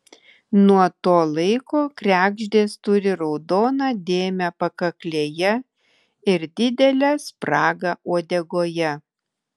nuo to laiko kregždės turi raudoną dėmę pakaklėje ir didelę spragą uodegoje